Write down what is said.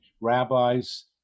rabbis